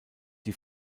die